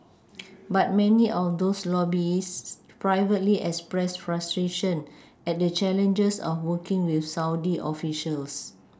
but many of those lobbyists privately express frustration at the challenges of working with Saudi officials